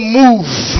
move